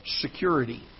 security